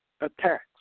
attacks